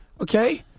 okay